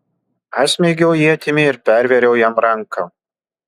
aš smeigiau ietimi ir pervėriau jam ranką